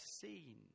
seen